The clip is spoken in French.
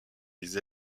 les